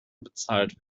bezahlt